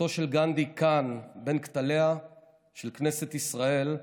שליחותו של גנדי כאן, בין כותליה של כנסת ישראל,